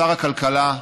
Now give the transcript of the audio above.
שר הכלכלה,